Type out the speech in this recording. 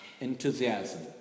enthusiasm